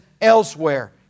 elsewhere